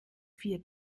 vier